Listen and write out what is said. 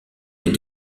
les